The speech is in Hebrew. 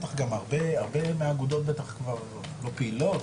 הרבה מהאגודות כבר בטח לא פעילות.